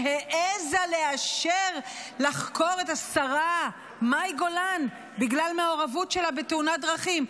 העזה לאשר לחקור את השרה מאי גולן בגלל מעורבות שלה בתאונת דרכים.